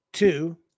Two